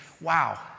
wow